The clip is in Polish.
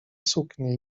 suknie